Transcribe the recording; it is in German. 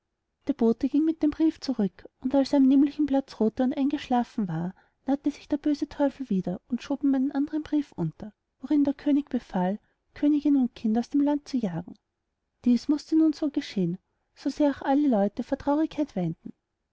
der bote ging mit dem brief zurück und als er am nämlichen platz ruhte und eingeschlafen war nahte sich der böse teufel wieder und schob einen andern brief unter worin der könig befahl königin und kind aus dem land zu jagen dies mußte nun so geschehen so sehr auch alle leute vor traurigkeit